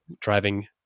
driving